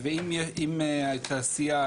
ואם התעשייה,